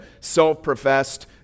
self-professed